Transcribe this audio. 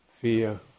fear